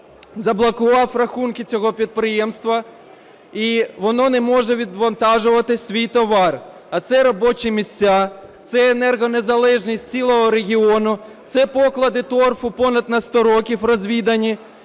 заблокував рахунки цього підприємства, і воно не може відвантажувати свій товар. А це робочі місця, це енергонезалежність цілого регіону, це поклади торфу, понад на 100 років розвідані.